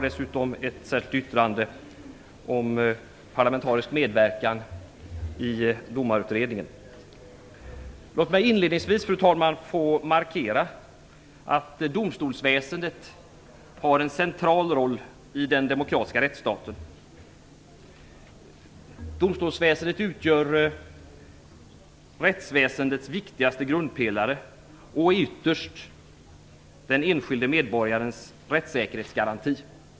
Vårt särskilda yttrande handlar om parlamentarisk medverkan i Domarutredningen. Låt mig inledningsvis, fru talman, markera att domstolsväsendet har en central roll i den demokratiska rättsstaten. Domstolsväsendet utgör rättsväsendets viktigaste grundpelare och är ytterst den enskilde medborgarens rättssäkerhetsgaranti.